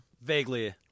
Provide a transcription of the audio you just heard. Vaguely